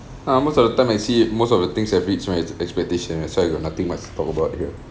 uh most of the time I see it most of the things have reach my ex~ expectation that's why I got nothing much to talk about here